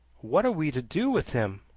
what are we to do with him?